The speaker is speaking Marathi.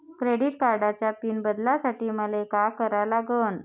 क्रेडिट कार्डाचा पिन बदलासाठी मले का करा लागन?